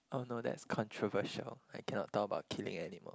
oh no that's controversial I cannot talk about killing animal